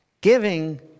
giving